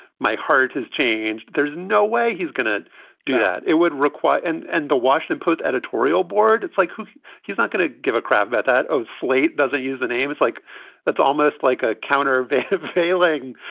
my heart has changed. there's no way he's going to do that. it would require. and and the washington post editorial board. it's like he's not going to give a crap about that. ah slate doesn't use the names. like that's almost like a counter feeling,